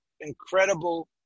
incredible